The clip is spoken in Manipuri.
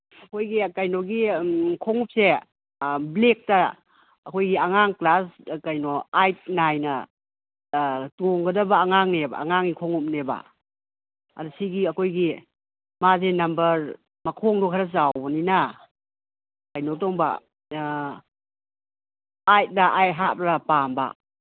ꯑꯩꯈꯣꯏꯒꯤ ꯀꯩꯅꯣꯒꯤ ꯈꯣꯡꯎꯞꯁꯦ ꯕ꯭ꯂꯦꯛꯇ ꯑꯩꯈꯣꯏꯒꯤ ꯑꯉꯥꯡ ꯀ꯭ꯂꯥꯁ ꯀꯩꯅꯣ ꯑꯩꯠ ꯅꯥꯏꯟꯅ ꯇꯣꯡꯒꯗꯕ ꯑꯉꯥꯡꯒꯤ ꯈꯣꯡꯎꯞꯅꯦꯕ ꯑꯗꯣ ꯁꯤꯒꯤ ꯑꯩꯈꯣꯏꯒꯤ ꯃꯥꯁꯤ ꯅꯝꯕꯔ ꯃꯈꯣꯡꯗꯣ ꯈꯔ ꯆꯥꯎꯕꯅꯤꯅ ꯀꯩꯅꯣ ꯇꯣꯡꯕ ꯑꯩꯠꯂ ꯑꯩꯠ ꯍꯥꯞꯂ ꯄꯥꯝꯕ